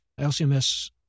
LCMS